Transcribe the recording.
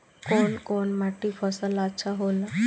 कौन कौनमाटी फसल ला अच्छा होला?